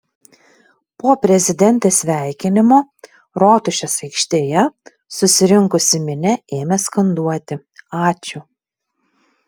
po prezidentės sveikinimo rotušės aikštėje susirinkusi minia ėmė skanduoti ačiū